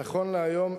נכון להיום,